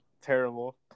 terrible